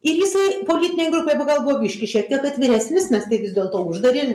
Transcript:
ir jisai politinėj grupėj buvo gal buvo biškį šiek tiek atviresnis nes tai vis dėto uždavė